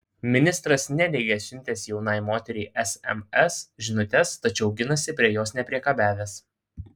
ministras neneigia siuntęs jaunai moteriai sms žinutes tačiau ginasi prie jos nepriekabiavęs